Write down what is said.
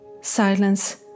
Silence